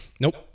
Nope